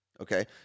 Okay